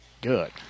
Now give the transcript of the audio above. good